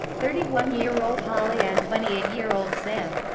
thirty one year old holly and twenty eight year old sam,